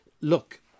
Look